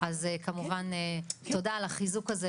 אז כמובן תודה על החיזוק הזה,